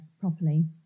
properly